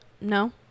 No